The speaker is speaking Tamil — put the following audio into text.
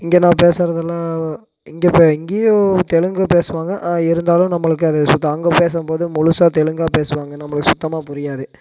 இங்கே நான் பேசுகிறதெல்லாம் இங்கே பே இங்கேயும் தெலுங்கு பேசுவாங்க ஆனால் இருந்தாலும் நம்மளுக்கு அது சுத்தா அங்கே பேசும் போது முழுசாக தெலுங்கா பேசுவாங்க நம்மளுக்கு சுத்தமாக புரியாது